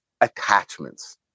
attachments